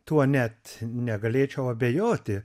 tuo net negalėčiau abejoti